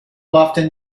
often